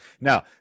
Now